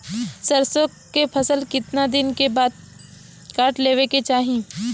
सरसो के फसल कितना दिन के बाद काट लेवे के चाही?